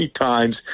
times